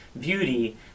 beauty